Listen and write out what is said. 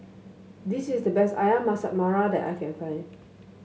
this is the best ayam Masak Merah that I can find